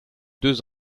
deux